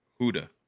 Huda